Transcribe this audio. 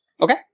Okay